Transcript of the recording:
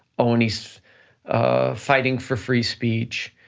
on his fighting for free speech,